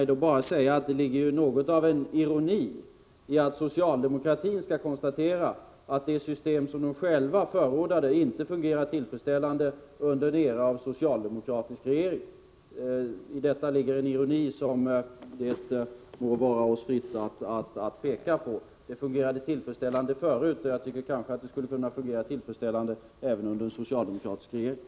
Det ligger något av en ironi i att socialdemokratin skall konstatera att det system som partiet självt förordade inte fungerar tillfredsställande under en era med socialdemokratiskt regering. I detta ligger en ironi som det må vara oss fritt att peka på. Det fungerade tillfredsställande förut, och jag tycker att det skulle kunna fungera tillfredsställande även under en socialdemokratisk regering.